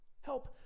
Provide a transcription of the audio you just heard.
Help